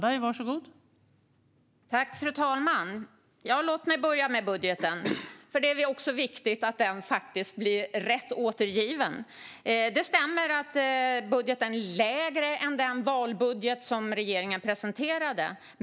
Fru talman! Låt mig börja med budgeten, för det är viktigt att den blir rätt återgiven. Det stämmer att budgeten är lägre än den valbudget regeringen presenterade.